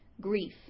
grief